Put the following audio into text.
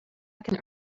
can